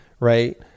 right